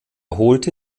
holte